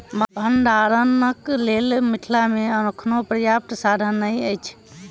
भंडारणक लेल मिथिला मे अखनो पर्याप्त साधन नै अछि